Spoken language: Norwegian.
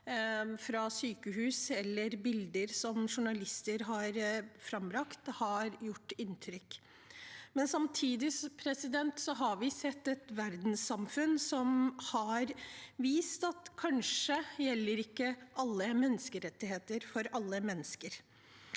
fra sykehus eller gjennom bilder som journalister har frambrakt, har gjort inntrykk. Samtidig har vi sett et verdenssamfunn som har vist at alle menneskerettigheter kanskje ikke gjelder for alle mennesker.